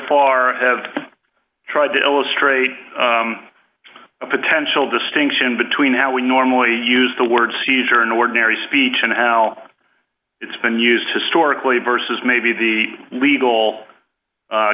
far have tried to illustrate a potential distinction between how we normally use the word seizure in ordinary speech and how it's been used historically versus maybe the legal